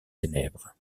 ténèbres